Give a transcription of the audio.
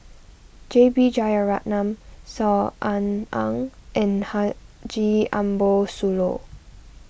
J B Jeyaretnam Saw Ean Ang and Haji Ambo Sooloh